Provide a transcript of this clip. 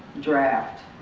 draft,